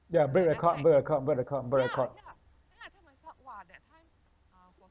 ya break record break record break record break record